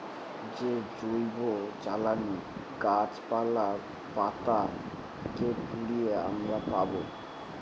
যে জৈবজ্বালানী গাছপালা, পাতা কে পুড়িয়ে আমরা পাবো